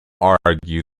argue